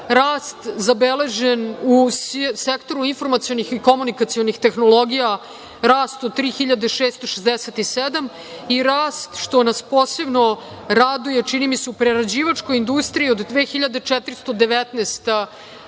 rast zabeležen u sektoru informacionih i komunikacionih tehnologija od 3.667 i rast, što nas posebno raduje, čini mi se, u prerađivačkoj industriji od 3.419